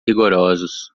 rigorosos